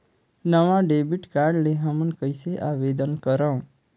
नवा debit card ले हमन कइसे आवेदन करंव?